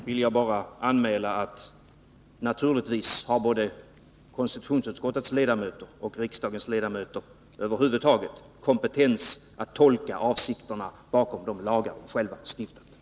Fru talman! Beträffande det senare vill jag bara anmäla att naturligtvis både konstitutionsutskottets ledamöter och riksdagens ledamöter över huvud taget har kompetens att tolka avsikterna bakom de lagar som de själva har stiftat.